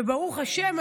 וברוך השם,